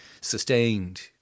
sustained